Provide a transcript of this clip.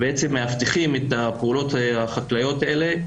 ובעצם מאבטחים את הפעולות החקלאיות האלה,